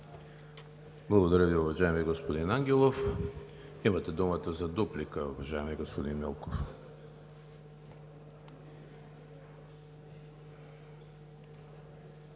Благодаря Ви, уважаеми господин Ангелов. Имате думата за дуплика, уважаеми господин Милков.